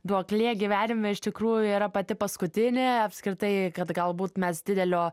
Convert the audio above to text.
duoklė gyvenime iš tikrųjų yra pati paskutinė apskritai kad galbūt mes didelio